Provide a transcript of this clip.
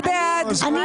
אני